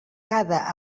cada